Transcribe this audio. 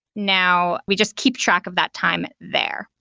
now, we just keep track of that time there,